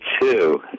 two